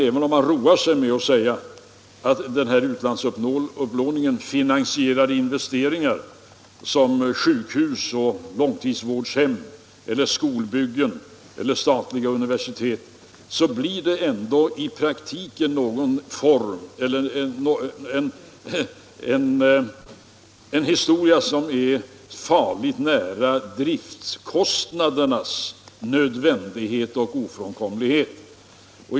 Även om man roar sig med att säga att utlandsupplåningen finansierar investeringar som sjukhus, långtidsvårdshem, skolbyggen och universitet så blir det ändå i praktiken en historia som ligger farligt nära driftskostnadernas nödvändighet och ofrånkomlighet.